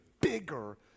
bigger